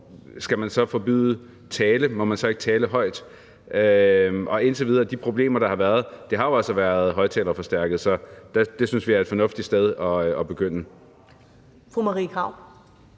skal man så forbyde tale? Må man så ikke tale højt? Og indtil videre har de gange, hvor de har været der, været højtalerforstærkede. Det synes vi er et fornuftigt sted at begynde.